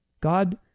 God